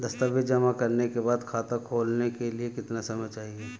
दस्तावेज़ जमा करने के बाद खाता खोलने के लिए कितना समय चाहिए?